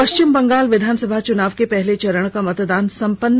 पश्चिम बंगाल विधानसभा चुनाव के पहले चरण का मतदान सम्पन्न